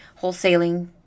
wholesaling